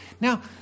Now